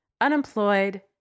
unemployed